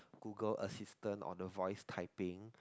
Google assistance or the voice typing